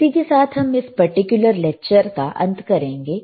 इसी के साथ हम इस पर्टिकुलर लेक्चर का अंत करेंगे